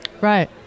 Right